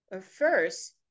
first